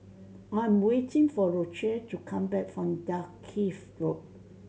I am waiting for Rochelle to come back from Dalkeith Road